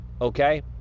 okay